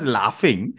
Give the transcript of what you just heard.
laughing